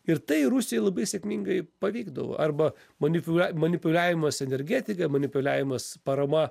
ir tai rusijai labai sėkmingai pavykdavo arba manip manipuliavimas energetika manipuliavimas parama